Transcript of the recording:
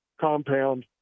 compound